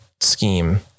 scheme